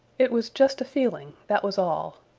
it was just a feeling, that was all.